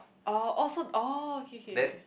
oh oh so oh K K K